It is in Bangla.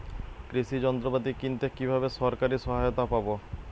কৃষি যন্ত্রপাতি কিনতে কিভাবে সরকারী সহায়তা পাব?